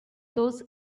those